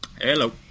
Hello